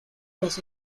los